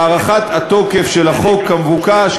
הארכת התוקף של החוק המבוקש,